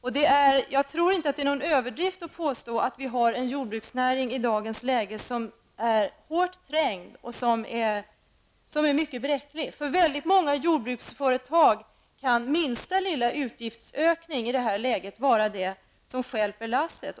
Jag tror inte att det är någon överdrift att påstå att vi har en jordbruksnäring i dagens läge som är hårt trängd och som är mycket bräcklig. För många jordbruksföretag kan minsta lilla utgiftsökning i det läget vara det som stjälper lasset.